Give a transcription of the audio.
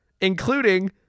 including